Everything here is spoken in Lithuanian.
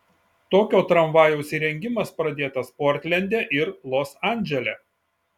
tokio tramvajaus įrengimas pradėtas portlende ir los andžele